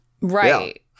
Right